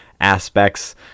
aspects